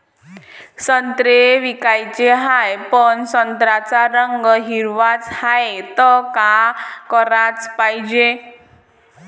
संत्रे विकाचे हाये, पन संत्र्याचा रंग हिरवाच हाये, त का कराच पायजे?